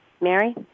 Mary